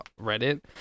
Reddit